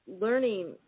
learning